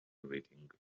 reading